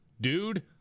dude